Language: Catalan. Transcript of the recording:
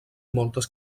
moltes